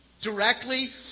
directly